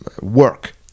work